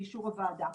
לאישור הוועדה.